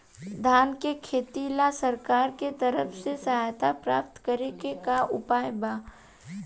धान के खेती ला सरकार के तरफ से सहायता प्राप्त करें के का उपाय बा?